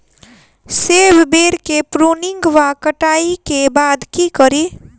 सेब बेर केँ प्रूनिंग वा कटाई केँ बाद की करि?